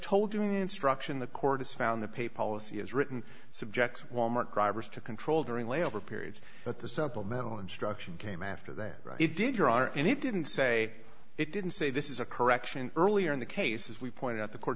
during instruction the court has found the pay policy is written subject wal mart drivers to control during layover periods but the sentimental instruction came after that it did your honor and it didn't say it didn't say this is a correction earlier in the cases we point out the court